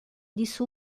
disse